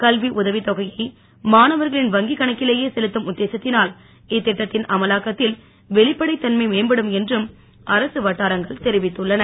கல்வி உதவித் தொகையை மாணவர்களின் வங்கிக் கணக்கிலேயே செலுத்தும் உத்தேசத்தினால் திட்டத்தின் அமலாக்கத்தில் வெளிப்படைத் தன்மை மேம்படும் என்றும் அரசு வட்டாரங்கள் தெரிவித்துள்ளன